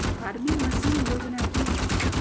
Farming machine योजना कि हैय?